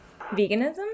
Veganism